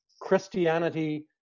Christianity